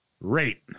Rate